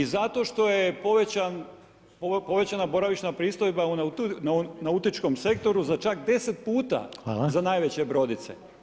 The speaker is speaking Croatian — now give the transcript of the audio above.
I zato što je povećana boravišna pristojba u nautičkom sektoru za čak 10 puta za najveće brodice.